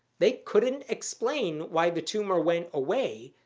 they couldn't explain why the tumor went away,